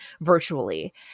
virtually